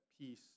peace